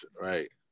right